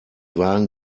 wagen